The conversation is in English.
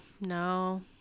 No